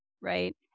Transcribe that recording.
Right